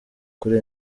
kuri